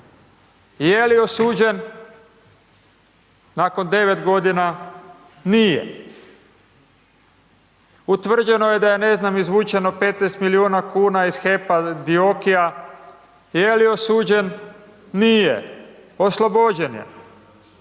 je li osuđen, nakon 9 godina? Nije. Utvrđeno je da je ne znam, izvučeno 15 milijuna kuna iz HEPA-a Diokija, je li osuđen? Nije. Oslobođen je.